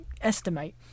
estimate